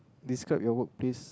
describe your workplace